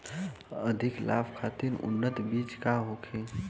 अधिक लाभ खातिर उन्नत बीज का होखे?